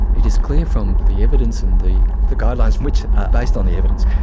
it is clear from the evidence and the the guidelines, which are based on the evidence,